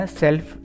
self